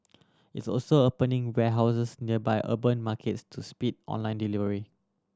it's also opening warehouses near by urban markets to speed online delivery